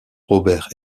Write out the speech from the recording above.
robert